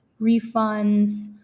refunds